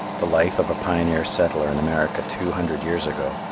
the life of a pioneer settler in america two hundred years ago,